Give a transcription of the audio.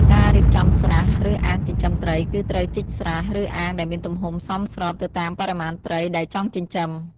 ការរៀបចំស្រះ ឬអាងចិញ្ចឹមត្រី គឺត្រូវជីកស្រះ ឬអាងដែលមានទំហំសមស្របទៅតាមបរិមាណត្រីដែលចង់ចិញ្ចឹម។